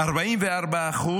44%